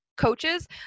coaches